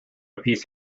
piece